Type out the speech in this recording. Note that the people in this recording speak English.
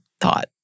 thought